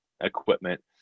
equipment